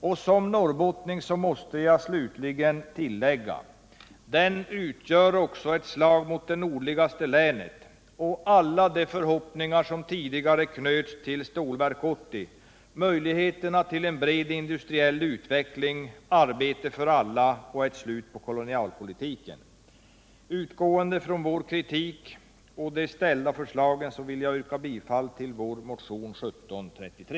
Och som norrbottning måste jag tillägga: Den utgör eti slag mot det nordligaste länet och alla de förhoppningar som tidigare knöts till Stålverk 80, mot möjligheterna till en bred industriell utveckling, arbete för alla och ett slut på kolonialpolitiken. Utgående från vår kritik och de ställda förslagen vill jag yrka bifall till vår motion 1733.